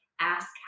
ask